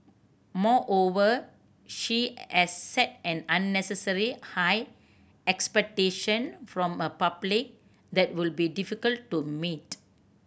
moreover she as set an unnecessary high expectation from a public that would be difficult to meet